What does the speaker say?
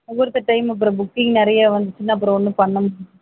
முகூர்த்த டைமு அப்புறம் புக்கிங் நிறையா வந்துச்சுன்னா அப்புறம் ஒன்றும் பண்ண முடியாது